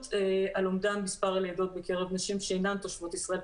על אומדן הלידות בקרב נשים שאינן תושבות ישראל,